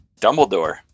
Dumbledore